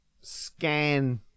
scan